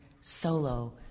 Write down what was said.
solo